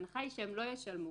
ההנחה היא שהם לא ישלמו,